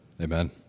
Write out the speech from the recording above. amen